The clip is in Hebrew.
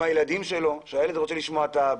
עם הילדים שלו, כשהילד רוצה לשמוע את האבא.